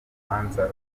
rubanza